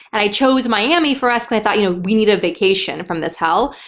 and i chose miami for us and i thought you know we need a vacation from this hell.